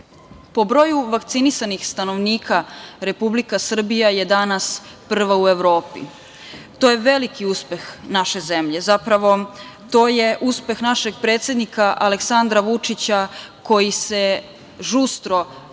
broju vakcinisanih stanovnika Republike Srbija je danas prva u Evropi. To je veliki uspeh naše zemlje. Zapravo, to je uspeh našeg predsednika Aleksandra Vučića koji se žustro svim